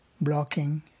blocking